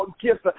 gifts